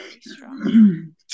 strong